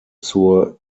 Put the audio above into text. zur